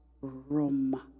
room